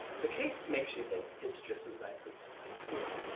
the case makes you think it's just as nice as what's here,